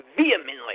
vehemently